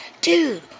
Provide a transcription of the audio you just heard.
dude